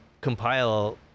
compile